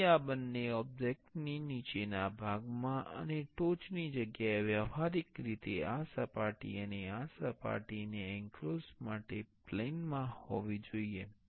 તેથી આ બંને ઓબ્જેક્ટ ની નીચેના ભાગમાં અને ટોચની જગ્યાએ વ્યવહારીક રીતે આ સપાટી અને આ સપાટીને એંક્લોઝર માટે પ્લેન માં હોવી જોઈએ